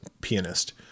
pianist